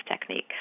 technique